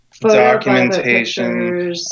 documentation